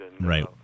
Right